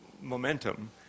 momentum